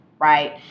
Right